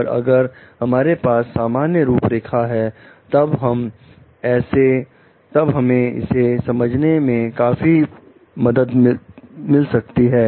और अगर हमारे पास सामान्य रूपरेखा है तब वह हमें इसे समझने में काफी मदद करती है